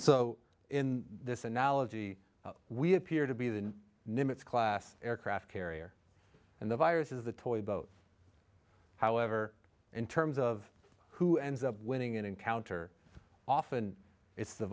so in this analogy we appear to be the nimitz class aircraft carrier and the virus is the toy boat however in terms of who ends up winning an encounter often it's the